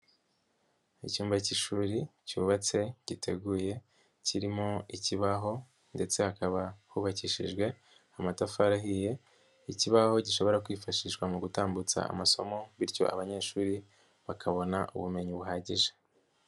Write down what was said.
Icyumba cy'ishuri cyubatse, giteguye, kirimo ikibaho ndetse hakaba hubakishijwe amatafari ahiye, ikibaho gishobora kwifashishwa mu gutambutsa amasomo bityo abanyeshuri bakabona ubumenyi buhagije.